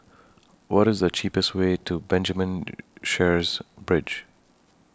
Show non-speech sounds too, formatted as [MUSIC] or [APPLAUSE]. [NOISE] What IS The cheapest Way to Benjamin [NOISE] Sheares Bridge